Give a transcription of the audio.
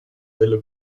bälle